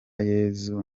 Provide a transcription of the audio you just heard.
yezu